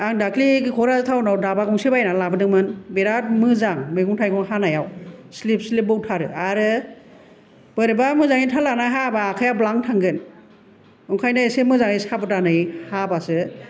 आं दाखालि कक्राझार टावनाव दाबा गंसे बायना लाबोदोंमोन बिराद मोजां मैगं थाइगं हानायाव स्लिब स्लिब बौथारो आरो बरैबा मोजाङै थाल लानो हायाब्ला आखाया ब्लां थांगोन ओंखायनो एसे मोजाङै साबदानै हाबासो